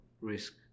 risk